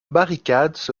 barricade